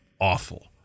awful